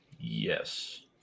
Yes